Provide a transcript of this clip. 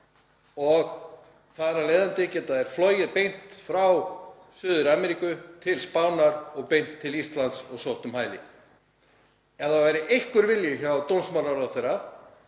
og þar af leiðandi getur fólk flogið beint frá Suður-Ameríku til Spánar og beint til Íslands og sótt um hæli. Ef það væri einhver vilji hjá dómsmálaráðherra